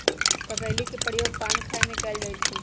कसेली के प्रयोग पान में कएल जाइ छइ